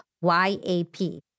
Y-A-P